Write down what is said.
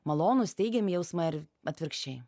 malonūs teigiami jausmai ar atvirkščiai